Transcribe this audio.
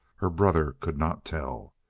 her brother could not tell.